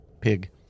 pig